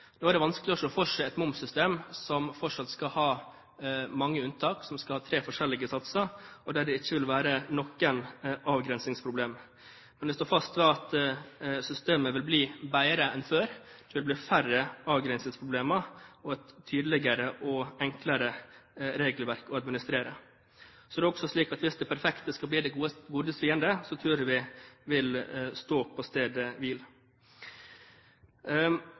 Nå er det vanskelig å se for seg et momssystem som fortsatt skal ha mange unntak, som skal ha tre forskjellige satser, og der det ikke vil være noen avgrensningsproblem. Men jeg står fast ved at systemet vil bli bedre enn før. Det vil bli færre avgrensingsproblemer og et tydeligere og enklere regelverk å administrere. Så er det også slik at hvis det perfekte skal bli det godes fiende, tror jeg vi vil stå på stedet